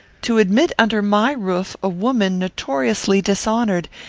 to admit under my roof a woman notoriously dishonoured,